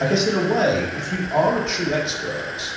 i guess in a way if you are a true expert,